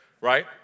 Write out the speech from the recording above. right